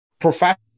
professional